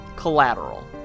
collateral